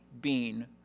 bean